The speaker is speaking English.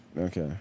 Okay